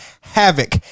havoc